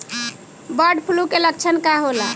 Bird flu के लक्षण का होला?